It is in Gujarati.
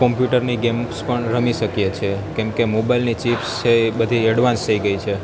કોમ્પ્યુટર્સની ગેમ્સ પણ રમી શકીએ છીએ કેમ કે મોબાઇલની ચિપ્સ છે એ બધી એડવાન્સ થઈ ગઈ છે